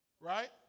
Right